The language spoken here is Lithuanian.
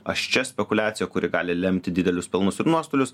aš čia spekuliacija kuri gali lemti didelius pelnus ir nuostolius